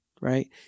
Right